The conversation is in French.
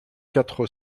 quatre